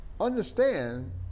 Understand